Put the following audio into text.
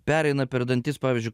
pereina per dantis pavyzdžiui